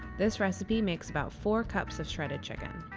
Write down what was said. this recipe makes about four cups of shredded chicken!